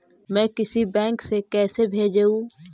मैं किसी बैंक से कैसे भेजेऊ